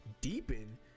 deepen